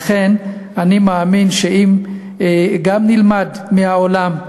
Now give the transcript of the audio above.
לכן אני מאמין שאם גם נלמד מהעולם,